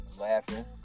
Laughing